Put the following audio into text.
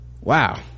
Wow